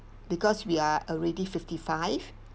because we are already fifty-five